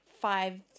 five